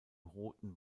roten